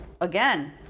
again